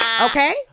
okay